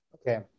Okay